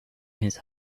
his